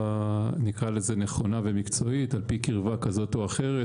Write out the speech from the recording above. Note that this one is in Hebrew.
נכונה ומקצועית על פי קרבה כזו או אחרת